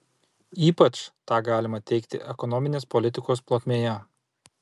ypač tą galima teigti ekonominės politikos plotmėje